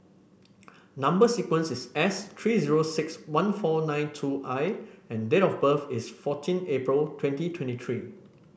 number sequence is S three zero six one four nine two I and date of birth is fourteen April twenty twenty three